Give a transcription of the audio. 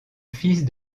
fils